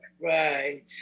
Right